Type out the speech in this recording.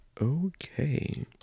okay